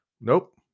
Nope